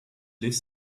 lives